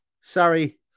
sorry